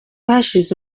hashize